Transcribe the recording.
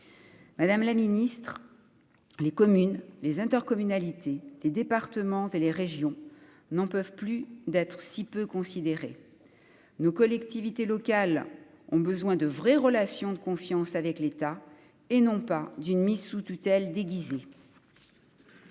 Madame la Ministre, les communes, les intercommunalités, les départements et les régions, n'en peuvent plus d'être si peu considérer nos collectivités locales ont besoin de vraies relations de confiance avec l'état et non pas d'une mise sous tutelle déguisée.